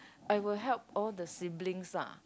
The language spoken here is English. I would help all the siblings lah